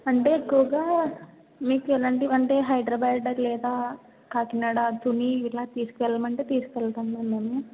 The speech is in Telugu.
అంటే ఎక్కువగా మీకెలాంటివంటే హైడ్రబాడ్ లేదా కాకినాడ తుని ఇట్లా తీసుకెళ్లమంటే తీసుకెళ్తాం మ్యామ్ మేము